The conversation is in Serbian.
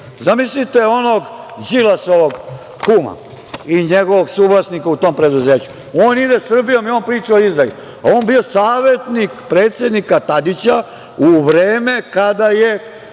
Zamislite onog Đilasovog kuma i njegovog suvlasnika u tom preduzeću, on ide Srbijom i on priča o izdaji. On je bio savetnik predsednika Tadića u vreme kada je